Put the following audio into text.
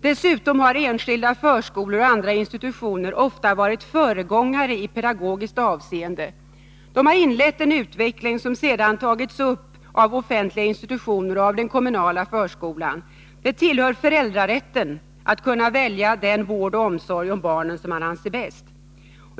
Dessutom har enskilda förskolor och andra institutioner ofta varit föregångare i pedagogiskt avseende. De har inlett en utveckling som sedan tagits upp av offentliga institutioner och den kommunala förskolan. Det tillhör föräldrarätten att kunna välja den vård och omsorg om barnen som man anser bäst.